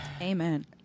Amen